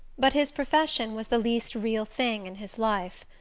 but his profession was the least real thing in his life.